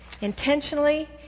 Intentionally